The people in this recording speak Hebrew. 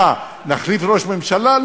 מה, נחליף ראש ממשלה?